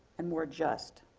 and more just.